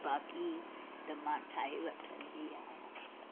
बाक़ी त मां ठाहे वठंदी आहियां सभु